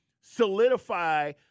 solidify